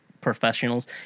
professionals